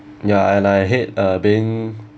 ya and I hate uh being